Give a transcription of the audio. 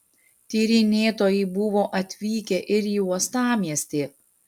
tyrinėtojai buvo atvykę ir į uostamiestį